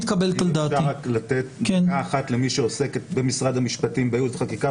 כל רעיון שהוא לא סתירתו של החוק הזה